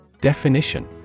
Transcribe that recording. Definition